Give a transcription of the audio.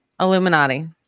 Illuminati